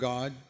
God